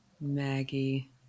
Maggie